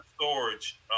storage